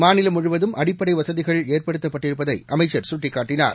மாநிலம் முழுவதும் அடிப்படைவசதிகள் ஏற்படுத்தப்பட்டிருப்பதைஅமைச்சர் கட்டிக்காட்டினார்